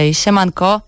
siemanko